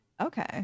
okay